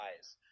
eyes